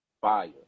fire